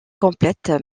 complète